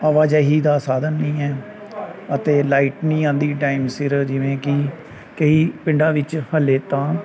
ਆਵਾਜਾਈ ਦਾ ਸਾਧਨ ਨਹੀਂ ਹੈ ਅਤੇ ਲਾਈਟ ਨਹੀਂ ਆਉਂਦੀ ਟਾਈਮ ਸਿਰ ਜਿਵੇਂ ਕਿ ਕਈ ਪਿੰਡਾਂ ਵਿੱਚ ਹਾਲੇ ਤਾਂ